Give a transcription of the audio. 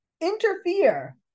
interfere